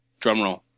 drumroll